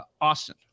Austin